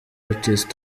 artist